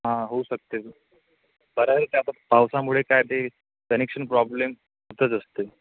हां होऊ शकते ठराविक आता पावसामुळे काय ते कनेक्शन प्रॉब्लेम होतंच असते